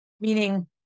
Meaning